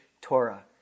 Torah